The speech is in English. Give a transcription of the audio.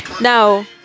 Now